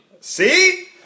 See